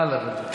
נא לרדת.